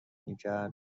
میکرد